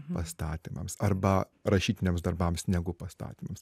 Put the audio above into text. pastatymams arba rašytiniams darbams negu pastatymas